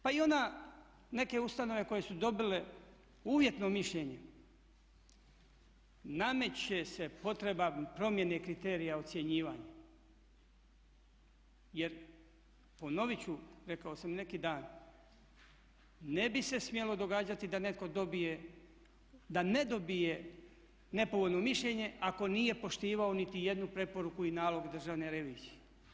Pa i one neke ustanove koje su dobile uvjetno mišljenje nameće se potreba promjene kriterija ocjenjivanja, jer ponovit ću, rekao sam i neki dan, ne bi se smjelo događati da netko dobije, da ne dobije nepovoljno mišljenje ako nije poštivao niti jednu preporuku i nalog Državne revizije.